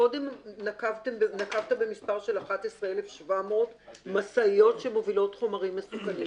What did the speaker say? קודם נקבת במספר של 11,700 משאיות שמובילות חומרים מסוכנים.